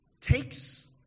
takes